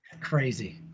crazy